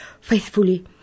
faithfully